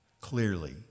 clearly